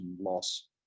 loss